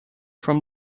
from